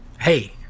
Hey